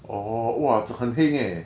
orh !wah! 很 heng eh